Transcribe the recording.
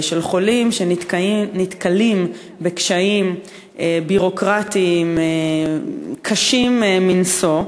שנתקלים בקשיים ביורוקרטיים קשים מנשוא.